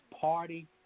party